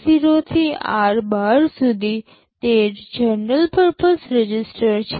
r0 થી r12 સુધી ૧૩ general purpose register છે